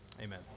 amen